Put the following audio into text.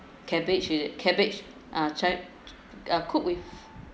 cabbage with cabbage uh ch~ cook with